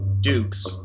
dukes